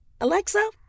Alexa